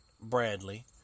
Bradley